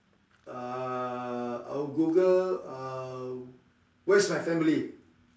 uh I will Google um where's my family